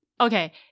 okay